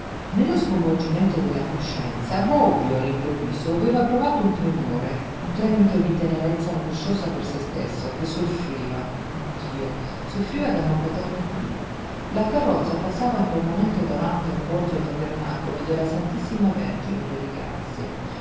nello sconvolgimento della coscienza bobbio all'improvviso aveva provato un tremore un tremito di tenerezza angosciosa per se stesso che soffriva oh dio soffriva da non poterne piú la carrozza passava in quel momento davanti a un rozzo tabernacolo della ss vergine delle grazie